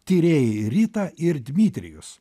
tyrėjai rita ir dmitrijus